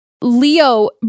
Leo